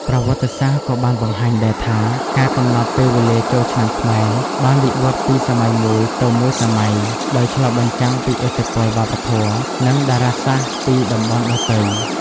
ប្រវត្តិសាស្ត្រក៏បានបង្ហាញដែរថា ការកំណត់ពេលវេលាចូលឆ្នាំខ្មែរបានវិវឌ្ឍន៍ពីសម័យមួយទៅមួយសម័យ ដោយឆ្លុះបញ្ចាំងពីឥទ្ធិពលវប្បធម៌ និងតារាសាស្ត្រពីតំបន់ដទៃ។